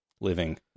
living